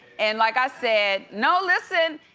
and like i said. no listen.